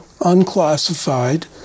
unclassified